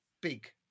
big